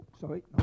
sorry